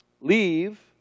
leave